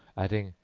adding,